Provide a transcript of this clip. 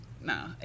no